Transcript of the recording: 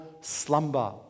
slumber